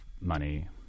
money